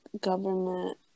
government